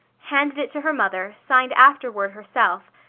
handed it to her mother, signed afterward herself,